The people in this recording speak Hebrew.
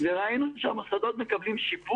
וגם זה נאמר אתמול על ידי השר,